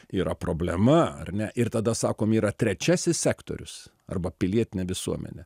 yra problema ar ne ir tada sakom yra trečiasis sektorius arba pilietinė visuomenė